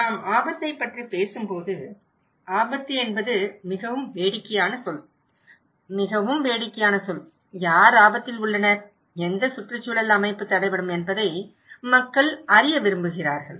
நாம் ஆபத்தைப் பற்றி பேசும்போது ஆபத்து என்பது மிகவும் வேடிக்கையான சொல் மிகவும் வேடிக்கையான சொல் யார் ஆபத்தில் உள்ளனர் எந்த சுற்றுச்சூழல் அமைப்பு தடைபடும் என்பதை மக்கள் அறிய விரும்புகிறார்கள்